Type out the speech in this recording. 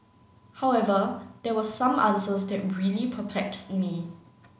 however there were some answers that really perplexed me